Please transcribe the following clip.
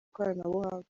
ikoranabuhanga